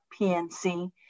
PNC